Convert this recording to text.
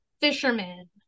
Fisherman